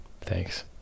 Thanks